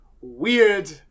weird